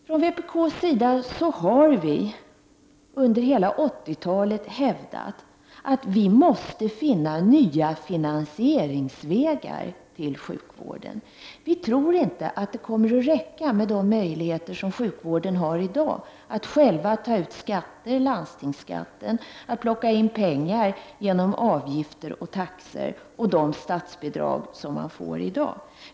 Från vpk har vi under hela 80-talet hävdat att man måste finna nya vägar för att finansiera sjukvården. Vi tror inte att sjukvårdens nuvarande finansieringsmöjligheter kommer att räcka — att själv ta ut skatter i form av landstingsskatt, att plocka in pengar genom avgifter och taxor och genom att få statsbidrag.